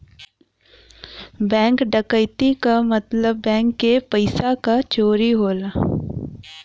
bank डकैती क मतलब बैंक के पइसा क चोरी होला